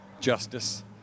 justice